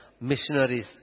missionaries